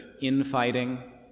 infighting